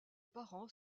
parents